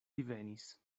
divenis